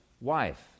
wife